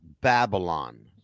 Babylon